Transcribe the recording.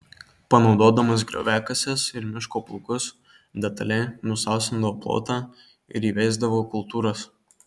panaudodamas grioviakases ir miško plūgus detaliai nusausindavo plotą ir įveisdavo kultūras